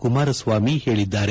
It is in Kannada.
ಕುಮಾರಸ್ವಾಮಿ ಹೇಳಿದ್ದಾರೆ